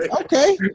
Okay